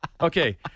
Okay